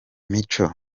mico